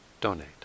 donate